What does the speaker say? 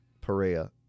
Perea